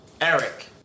Eric